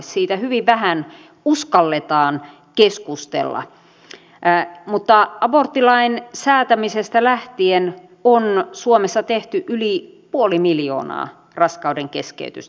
siitä hyvin vähän uskalletaan keskustella mutta aborttilain säätämisestä lähtien on suomessa tehty yli puoli miljoonaa raskaudenkeskeytystä